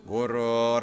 Guru